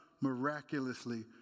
miraculously